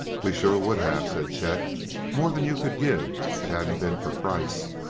we sure would have, said chet more than you could give if it hadn't been for kreiss.